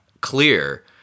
clear